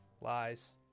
Lies